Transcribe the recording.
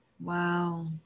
Wow